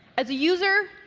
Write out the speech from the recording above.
as a user,